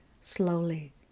slowly